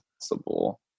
possible